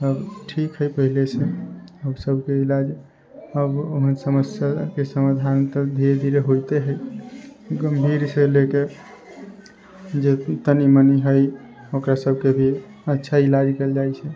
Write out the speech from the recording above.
ठीक हय पहिलेसँ आब सबके इलाज आब ओहन समस्याके समाधान तऽ धीरे धीरे होइते हय गम्भीरसँ लए के जे तनी मनी हय ओकरा सबके भी अच्छा इलाज कयल जाइ छै